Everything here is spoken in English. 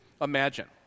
imagine